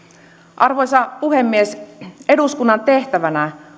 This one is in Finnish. arvoisa puhemies eduskunnan tehtävänä